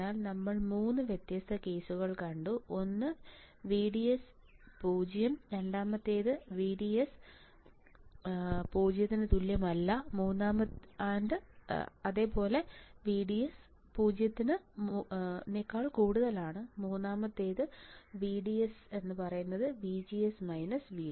അതിനാൽ നമ്മൾ 3 വ്യത്യസ്ത കേസുകൾ കണ്ടു ഒന്ന് VDS 0 രണ്ടാമത്തെ കേസ് VDS ≠ 0 and VDS 0 മൂന്നാമത്തേത് VDS VGS VD